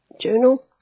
journal